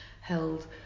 held